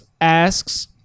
asks